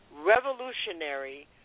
revolutionary